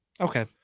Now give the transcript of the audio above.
Okay